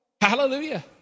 Hallelujah